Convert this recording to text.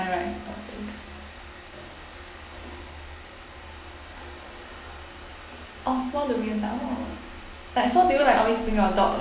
right orh small like so do you like always bring your dog